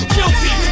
Guilty